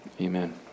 Amen